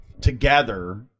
together